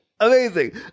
Amazing